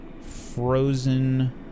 frozen